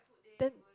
then